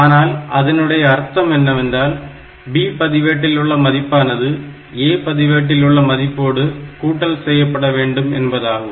ஆனால் அதனுடைய அர்த்தம் என்னவென்றால் B பதிவேட்டிலுள்ள மதிப்பானது A பதிவேட்டிலுள்ள மதிப்போடு கூட்டல் செய்யப்படவேண்டும் என்பதாகும்